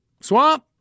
Swamp